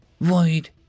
Void